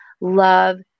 love